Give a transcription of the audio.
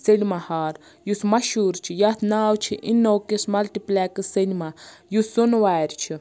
cinema hall یُس مَشور چھُ یتھ ناو چھُ اِنوکس مَلٹٕپلیٚکس سینما یُس سونوارِ چھُ